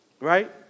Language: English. right